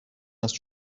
است